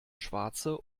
schwarze